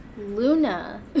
Luna